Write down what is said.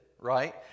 Right